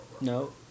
No